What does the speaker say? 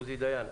ועוזי דיין.